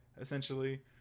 essentially